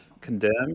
condemned